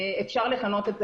אפשר לכנות את זה